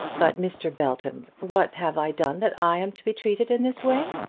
but, mr. belton, what have i done that i am to be treated in this way?